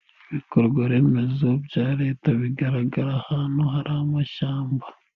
Ibikorwaremezo bya leta bigaragara ahantu hari amashyamba.